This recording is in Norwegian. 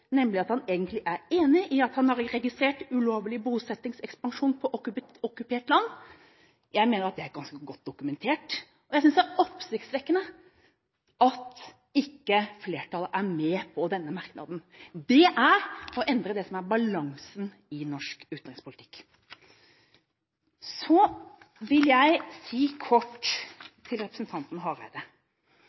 nemlig at han egentlig er enig i at man har registrert ulovlig bosettingsekspansjon på okkupert land. Jeg mener at det er ganske godt dokumentert, og jeg synes det er oppsiktsvekkende at ikke flertallet er med på denne merknaden. Det er å endre balansen i norsk utenrikspolitikk. Så vil jeg si kort til representanten Hareide: